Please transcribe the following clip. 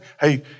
hey